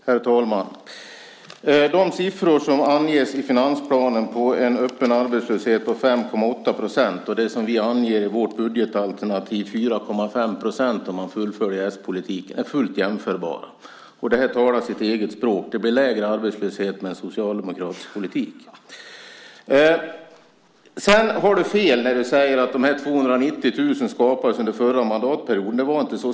Herr talman! Den siffra som anges i finansplanen med en öppen arbetslöshet på 5,8 % och den som vi anger i vårt budgetalternativ, 4,5 % om man fullföljer s-politiken, är fullt jämförbara. Det talar sitt eget språk. Det blir lägre arbetslöshet med socialdemokratisk politik. Du har fel när du säger att de 290 000 jobben skapades under förra mandatperioden. Det var inte så.